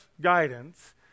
guidance